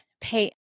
pay